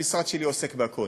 המשרד שלי עוסק בכול.